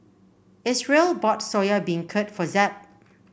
Isreal bought Soya Beancurd for Zeb